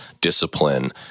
discipline